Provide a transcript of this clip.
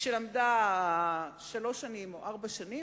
שלמדה שלוש או ארבע שנים,